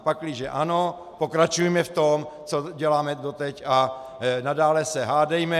Pakliže ano, pokračujme v tom, co děláme doteď, a nadále se hádejme.